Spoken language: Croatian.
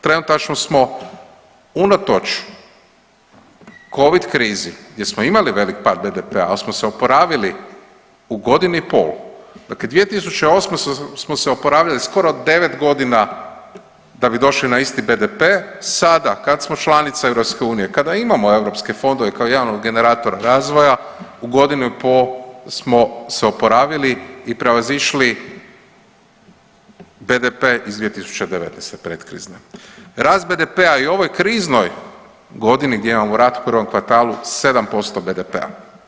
Trenutačno smo unatoč covid krizi gdje smo imali velik pad BDP-a, al smo se oporavili u godini i pol, dakle 2008. smo se oporavljali skoro 9.g. da bi došli na isti BDP, sada kad smo članica EU, kada imamo europske fondove kao jedan od generatora razvoja u godinu i po smo se oporavili i prevazišli BDP iz 2019. pretkrizne, rast BDP-a i u ovoj kriznoj godini gdje imamo … [[Govornik se ne razumije]] u prvom kvartalu 7% BDP-a.